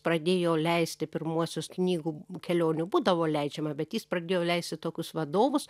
pradėjo leisti pirmuosius knygų kelionių būdavo leidžiama bet jis pradėjo leisti tokius vadovus